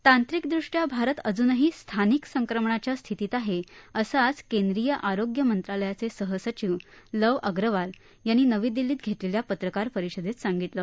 तांत्रिकदृष्ट्या भारत अजूनही स्थानिक संक्रमणाच्या स्थितीत आहे असं आज केंद्रीय आरोग्य मंत्रालयाचे सहसचिव लव अग्रवाल यांनी आज नवी दिल्लीत घेतलेल्या पत्रकारपरिषदेत सांगितलं